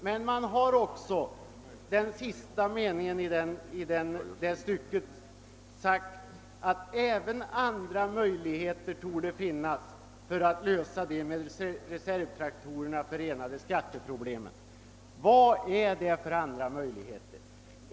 Men man har också i den sista meningen i detta stycke sagt att även andra möjligheter torde finnas för att lösa de med reservtraktorerna förenade skatteproblemen. Vad är det för andra möjligheter?